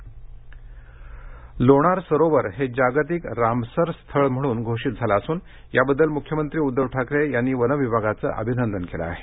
Lonar Ramsar स्थळ लोणार सरोवर हे जागतिक रामसर साईट म्हणून घोषित झालं असून याबद्दल मुख्यमंत्री उद्घव ठाकरे यांनी वन विभागाचं अभिनंदन केलं आहे